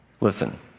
Listen